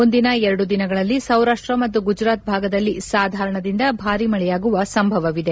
ಮುಂದಿನ ಎರಡು ದಿನಗಳಲ್ಲಿ ಸೌರಾಷ್ಷ ಮತ್ತು ಗುಜರಾತ್ ಭಾಗದಲ್ಲಿ ಸಾಧಾರಣದಿಂದ ಭಾರಿ ಮಳೆಯಾಗುವ ಸಂಭವವಿದೆ